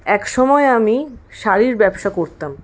এক সময় আমি শাড়ির ব্যবসা করতাম